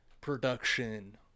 production